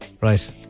Right